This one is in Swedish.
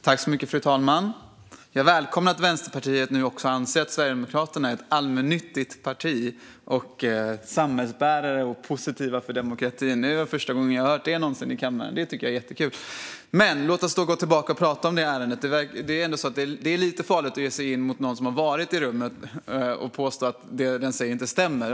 Fru talman! Jag välkomnar att Vänsterpartiet nu anser att Sverigedemokraterna är ett allmännyttigt parti och att de är samhällsbärare och positiva för demokratin. Det är nog första gången någonsin jag har hört det i kammaren. Jag tycker att det är jättekul. Låt oss prata om ärendet. Det är lite farligt att ge sig in i en diskussion om det med någon som varit i rummet och att påstå att det som personen säger inte stämmer.